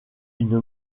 une